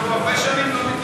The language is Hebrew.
אנחנו הרבה פעמים לא מתייאשים.